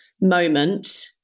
moment